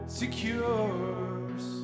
secures